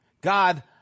God